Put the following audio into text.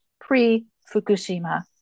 pre-Fukushima